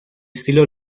estilo